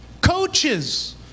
coaches